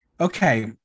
Okay